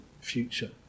future